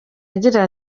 agira